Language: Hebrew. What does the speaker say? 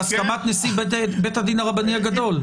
בהסכמת נשיא בית הדין הרבני הגדול.